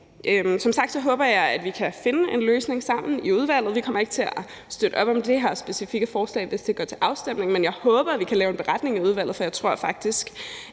Som sagt håber jeg, at vi kan finde en løsning sammen i udvalget. Vi kommer ikke til at støtte op om det her specifikke forslag, hvis det går til afstemning, men jeg håber, at vi kan lave en beretning i udvalget, for jeg tror faktisk,